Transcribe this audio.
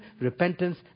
repentance